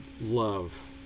love